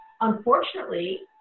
unfortunately